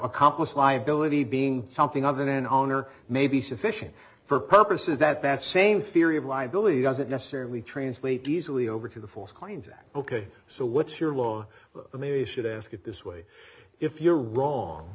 accomplice liability being something other than an owner may be sufficient for purposes that that same theory of liability doesn't necessarily translate easily over to the false claims act ok so what's your law i mean you should ask it this way if you're wrong